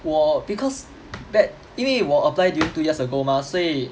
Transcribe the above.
我 because that 因为我 apply during two years ago mah 所以